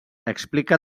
explica